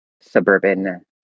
suburban